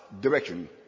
direction